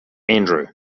andrew